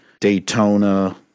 Daytona